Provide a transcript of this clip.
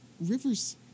rivers